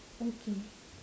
okay